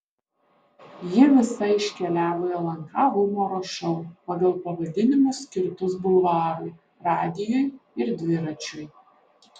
ji visa iškeliavo į lnk humoro šou pagal pavadinimus skirtus bulvarui radijui ir dviračiui